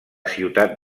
ciutat